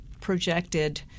projected